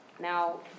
Now